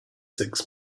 six